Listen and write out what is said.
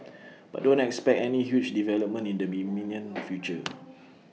but don't expect any huge development in the imminent future